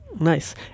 Nice